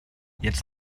jetzt